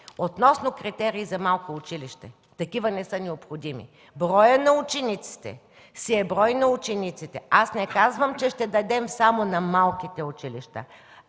Относно критериите за малко училище. Такива не са необходими. Броят на учениците си е брой на учениците. Аз не казвам, че ще дадем само на малките училища.